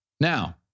Now